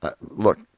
Look